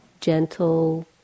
gentle